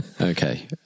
okay